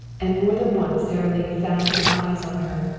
and more than once sara lee found his eyes on her,